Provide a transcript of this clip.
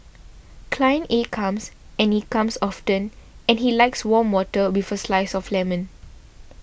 client A comes and he comes often and he likes warm water with a slice of lemon